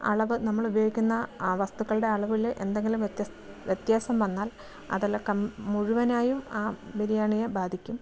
അളവ് നമ്മളുപയോഗിക്കുന്ന ആ വസ്തുക്കളുടെ അളവിൽ എന്തെങ്കിലും വ്യത്യസ് വ്യത്യാസം വന്നാൽ അതെല്ലാം കം മുഴുവനായും ആ ബിരിയാണിയെ ബാധിക്കും